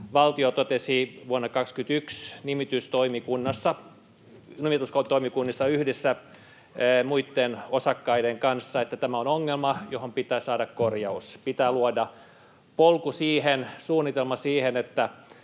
Valtio totesi vuonna 21 nimitystoimikunnissa yhdessä muitten osakkaiden kanssa, että tämä on ongelma, johon pitää saada korjaus. Pitää luoda polku siihen, suunnitelma siihen, että